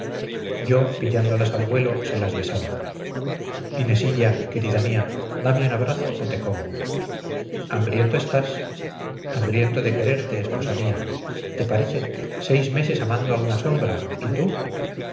yo pillándolas al vuelo se las besaba inesilla querida mía dame un abrazo o te como hambriento estás hambriento de quererte esposa mía te parece seis meses amando a una sombra y tú